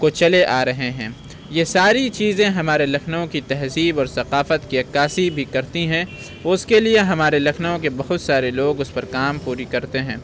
کو چلے آ رہے ہیں یہ ساری چیزیں ہمارے لکھنؤ کی تہذیب اور ثقافت کی عکاسی بھی کرتی ہیں اس کے لیے ہمارے لکھنؤ کے بہت سارے لوگ اس پر کام پوری کرتے ہیں